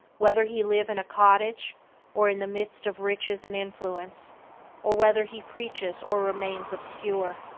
whether he live in a cottage or in the midst of riches and influence or whether he preaches or remains obscure.